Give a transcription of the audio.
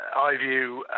iView